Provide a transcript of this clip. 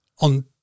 on